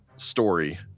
story